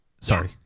Sorry